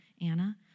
Anna